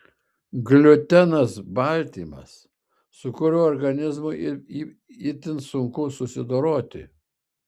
gliutenas baltymas su kuriuo organizmui itin sunku susidoroti